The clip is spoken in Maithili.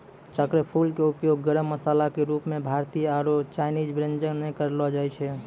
चक्रफूल के उपयोग गरम मसाला के रूप मॅ भारतीय आरो चायनीज व्यंजन म करलो जाय छै